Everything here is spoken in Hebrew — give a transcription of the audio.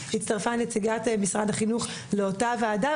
הצטרפה נציגת משרד החינוך לאותה ועדה,